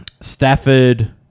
Stafford